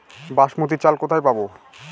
বাসমতী চাল কোথায় পাবো?